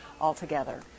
altogether